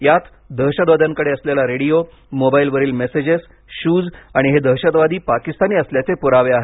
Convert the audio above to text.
यात दहशतवाद्यांकडे असेला रेडिओ मोबाइलवरील मेसेजेस शूज आणि दहशतवादी हे पाकिस्तानी असल्याचे पुरावे आहेत